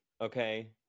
okay